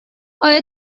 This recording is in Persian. آیا